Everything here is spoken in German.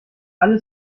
alles